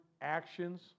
actions